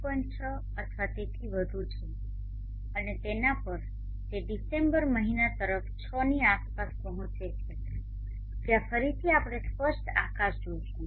6 અથવા તેથી વધુ છે અને તેના પર તે ડિસેમ્બર મહિના તરફ 6ની આસપાસ પહોંચે છે જ્યાં ફરીથી આપણે સ્પષ્ટ આકાશ જોશું